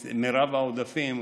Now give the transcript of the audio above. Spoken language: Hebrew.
את מרב העודפים,